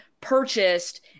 purchased